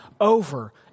over